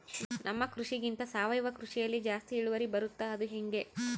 ನಮ್ಮ ಕೃಷಿಗಿಂತ ಸಾವಯವ ಕೃಷಿಯಲ್ಲಿ ಜಾಸ್ತಿ ಇಳುವರಿ ಬರುತ್ತಾ ಅದು ಹೆಂಗೆ?